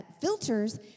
filters